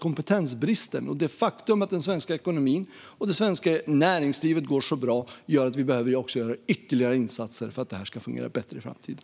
Kompetensbristen och det faktum att den svenska ekonomin och det svenska näringslivet går så bra gör att vi behöver göra ytterligare insatser för att det här ska fungera bättre i framtiden.